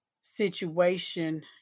situation